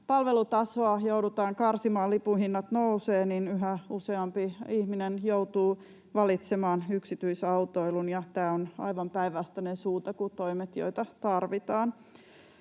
palvelutasoa joudutaan karsimaan, lipun hinnat nousevat, niin yhä useampi ihminen joutuu valitsemaan yksityisautoilun, ja tämä on aivan päinvastainen suunta kuin toimet, joita tarvitaan.